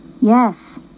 Yes